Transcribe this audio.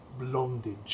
Blondage